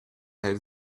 had